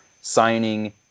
signing